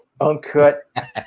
uncut